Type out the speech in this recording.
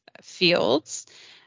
fields